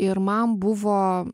ir man buvo